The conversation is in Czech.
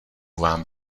vám